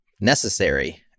necessary